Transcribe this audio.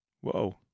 Whoa